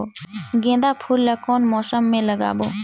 गेंदा फूल ल कौन मौसम मे लगाबो?